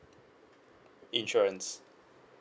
insurance